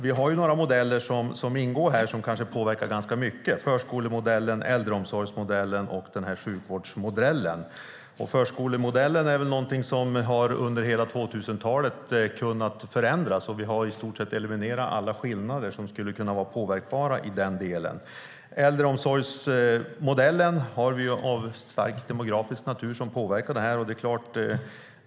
Vi har några modeller som ingår här som påverkas ganska mycket: förskolemodellen, äldreomsorgsmodellen och sjukvårdsmodellen. Förskolemodellen har under hela 2000-talet kunnat förändras, och vi har i stort sett eliminerat alla skillnader som skulle kunna vara påverkbara i den delen. Äldreomsorgsmodellen påverkas av naturliga skäl starkt av demografin.